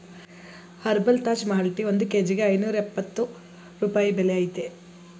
herbal Taj Mahal tea ಒಂದ್ ಕೇಜಿಗೆ ಐನೂರ್ಯಪ್ಪತ್ತು ರೂಪಾಯಿ ಬೆಲೆ ಅಯ್ತೇ